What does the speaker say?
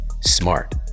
Smart